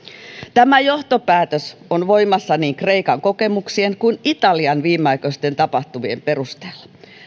tämä johtopäätös on voimassa niin kreikan kokemuksien kuin italian viimeaikaisten tapahtumien perusteella